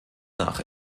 nach